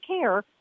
care